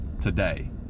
today